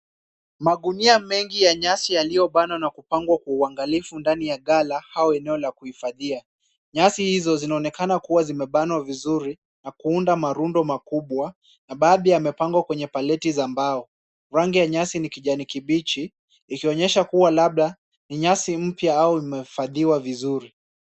Magunia mengi ya nyasi yaliyobanwa na kupangwa kwa uangalifu ndani ya ghala au eneo la kuhifadhia. Nyasi hizo zinaonekana kuwa zimebanwa vizuri na kuunda marundo makubwa na baadhi yameangwa kwenye paleti za mbao. Rangi ya nyasi ni kijani kibichi, ikionyesha kuwa labda ni nyasi mpya au imehifadhiwa vizuri.